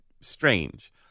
strange